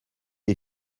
les